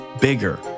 bigger